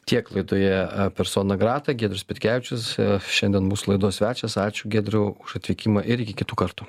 tiek laidoje persona grata giedrius petkevičius šiandien mūsų laidos svečias ačiū giedriau už atvykimą ir iki kitų kartų